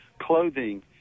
clothing